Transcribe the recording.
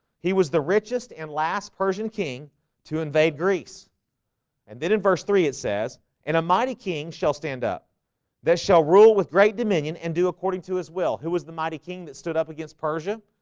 he was the richest and last persian king to invade greece and then in verse three it says and a mighty king shall stand up this shall rule with great dominion and do according to his will who was the mighty king that stood up against persia?